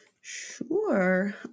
Sure